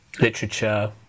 literature